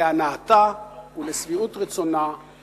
להנאתה ולשביעות רצונה של הממשלה.